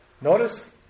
Notice